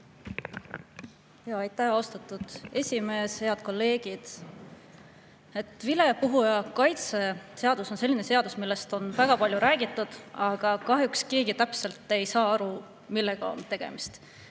Aitäh, austatud esimees! Head kolleegid! Vilepuhuja kaitse seadus on selline seadus, millest on väga palju räägitud, aga kahjuks keegi täpselt ei saa aru, millega on tegemist.